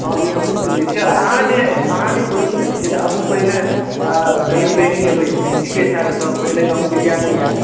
हॅं ई हमहुँ सुनने छियै आ अहाँ जे अहाँ जे कोचिंग करै छियै से अहूँ पहिने अ कहियो ट्रेनी होएबै सिखैत होएब पहिने अहूँ विद्यार्थी होएब